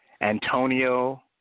Antonio